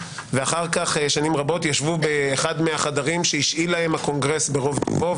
ואחר כך שנים רבות ישבו באחד החדרים שהשאיל להם הקונגרס ברוב טובו,